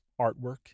artwork